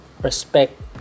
respect